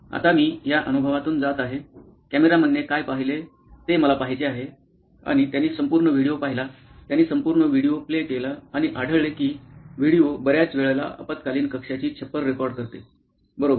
आता मी या अनुभवातून जात आहे कॅमेरामनने काय पाहिले ते मला पहायचे आहे 'आणि त्यांनी संपूर्ण व्हिडिओ पाहिला त्यांनी संपूर्ण व्हिडिओ प्ले केला आणि आढळले की व्हिडिओ बर्याच वेळा आपत्कालीन कक्षाची छप्पर रेकॉर्ड करते बरोबर